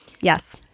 yes